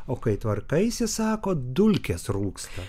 o kai tvarkaisi sako dulkės rūksta